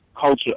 culture